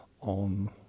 on